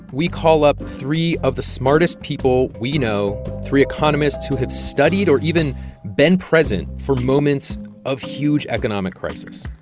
we call up three of the smartest people we know, three economists who have studied or even been present for moments of huge economic crisis.